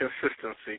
consistency